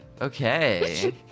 Okay